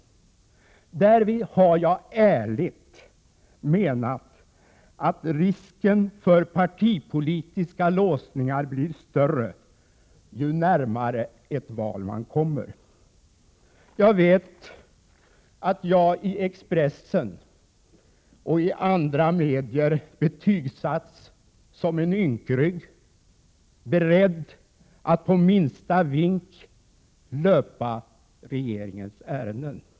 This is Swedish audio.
Därvid har jag ärligt menat att risken för partipolitiska låsningar blir större, ju närmare ett val man kommer. Jag vet att jag i Expressen och i andra medier betygsatts som en ynkrygg, beredd att på minsta vink löpa regeringens ärenden.